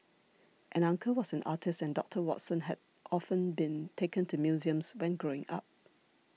an uncle was an artist and Doctor Watson had often been taken to museums when growing up